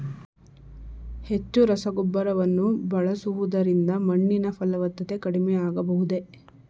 ಹೆಚ್ಚು ರಸಗೊಬ್ಬರವನ್ನು ಬಳಸುವುದರಿಂದ ಮಣ್ಣಿನ ಫಲವತ್ತತೆ ಕಡಿಮೆ ಆಗಬಹುದೇ?